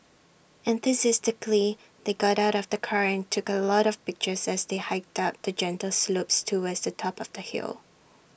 enthusiastically they got out of the car and took A lot of pictures as they hiked up the gentle slopes towards the top of the hill